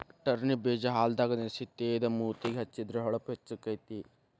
turnip ಬೇಜಾ ಹಾಲದಾಗ ನೆನಸಿ ತೇದ ಮೂತಿಗೆ ಹೆಚ್ಚಿದ್ರ ಹೊಳಪು ಹೆಚ್ಚಕೈತಿ